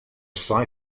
sci